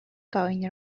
going